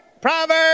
proverbs